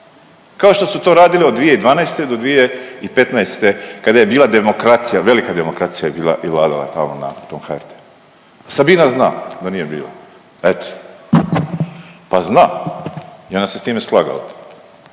kao što su to radili od 2012. do 2015. kada je bila demokracija, velika demokracija je bila i vladala je tamo na tom HRT-u. Sabina zna da nije bila, eto, pa zna i ona se s time slagala.